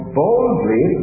boldly